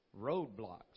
roadblocks